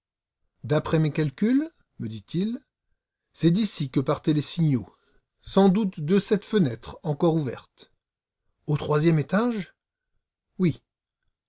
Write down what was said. d'après mes calculs me dit-il c'est d'ici que partaient les signaux sans doute de cette fenêtre encore ouverte au troisième étage oui